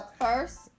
First